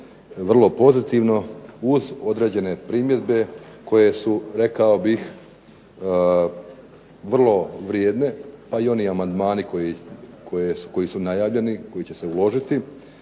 vrlo pozitivno, uz određene primjedbe koje su rekao bih vrlo vrijedne pa i amandmani koji su najavljeni, koji će se uložiti